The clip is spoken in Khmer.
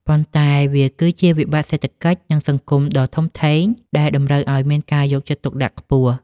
ប៉ុន្តែវាគឺជាវិបត្តិសេដ្ឋកិច្ច និងសង្គមដ៏ធំធេង ដែលតម្រូវឱ្យមានការយកចិត្តទុកដាក់ខ្ពស់។